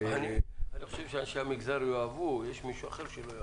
אני חושב שאנשי המגזר יאהבו אבל יש מישהו אחר שלא יאהב.